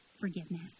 forgiveness